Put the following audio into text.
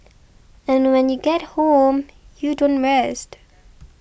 and when you get home you don't rest